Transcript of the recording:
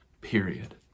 period